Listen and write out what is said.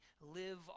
live